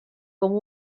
com